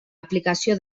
aplicació